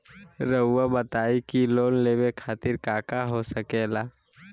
रउआ बताई की लोन लेवे खातिर काका हो सके ला?